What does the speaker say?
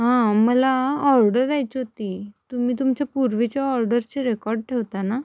हां मला ऑड द्यायची होती तुम्ही तुमच्या पूर्वीच्या ऑर्डरचे रेकॉर्ड ठेवता ना